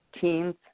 teens